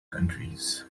countries